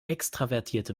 extravertierte